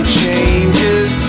changes